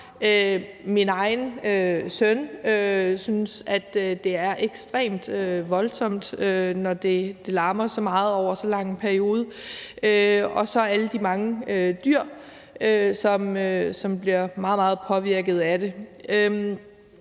Min egen søn synes, det er ekstremt voldsomt, når det larmer så meget over så lang en periode, og så er der alle de mange dyr, som bliver meget, meget påvirket af det.